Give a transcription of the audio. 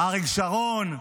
אריק שרון.